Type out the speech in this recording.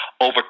over